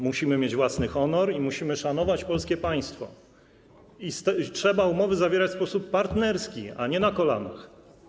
Musimy mieć własny honor i musimy szanować polskie państwo i trzeba umowy zawierać w sposób partnerski, a nie na kolanach.